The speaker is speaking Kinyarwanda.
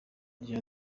rya